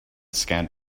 scant